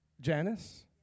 Janice